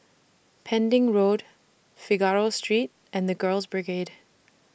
Pending Road Figaro Street and The Girls Brigade